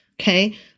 Okay